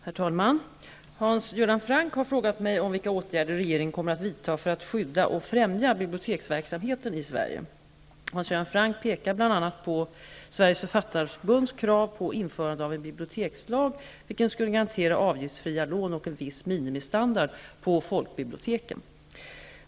Herr talman! Hans Göran Franck har frågat mig om vilka åtgärder regeringen kommer att vidta för att skydda och främja biblioteksverksamheten i Sverige. Hans Göran Franck pekar bl.a. på Sveriges författarförbunds krav på införande av en bibliotekslag, vilken skulle garantera avgiftsfria lån och en viss minimistandard på folkbiblioteken.